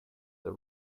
the